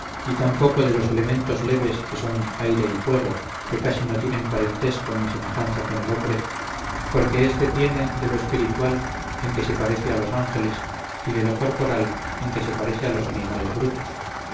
y tan poco de los elementos leves que son aire y fuego que casi no tienen parentesco ni semejanza con el hombre porque éste tiene de lo espiritual en que se parece a los angeles y de lo corporal en que se parece a los animales brutos